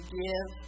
give